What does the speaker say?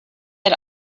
had